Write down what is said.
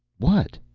what?